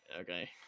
okay